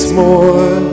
more